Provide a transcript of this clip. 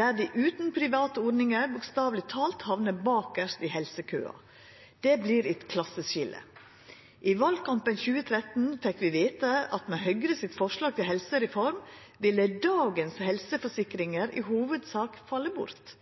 der de uten private ordninger bokstavelig talt havner bakerst i helsekøen. Det blir et klasseskille.» I valkampen 2013 fekk vi vete at med Høgre sitt forslag til helsereform, ville «dagens helseforsikringer i hovedsak falle bort».